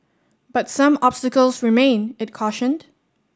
but some obstacles remain it cautioned